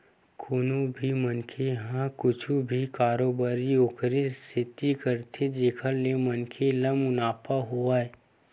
कोनो भी मनखे ह कुछु भी कारोबारी ओखरे सेती करथे जेखर ले मनखे ल मुनाफा होवय